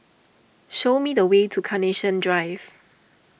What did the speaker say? show me the way to Carnation Drive